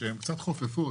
הן